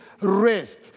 rest